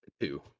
Two